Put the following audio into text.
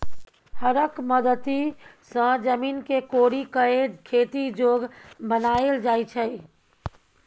हरक मदति सँ जमीन केँ कोरि कए खेती जोग बनाएल जाइ छै